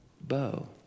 bow